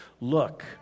Look